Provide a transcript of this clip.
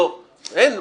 לא, אין לו.